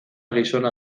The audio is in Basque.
gizona